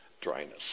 dryness